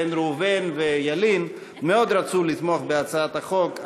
בן ראובן וילין רצו מאוד לתמוך בהצעת החוק,